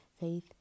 faith